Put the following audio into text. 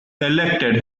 elected